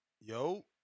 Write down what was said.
Yo